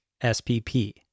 SPP